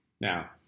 Now